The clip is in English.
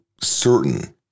certain